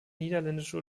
niederländische